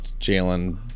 Jalen